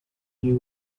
you